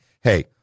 Hey